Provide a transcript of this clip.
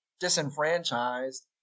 disenfranchised